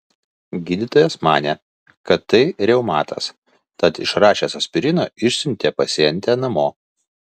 gydytojas manė kad tai reumatas tad išrašęs aspirino išsiuntė pacientę namo